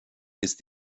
ist